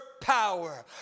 power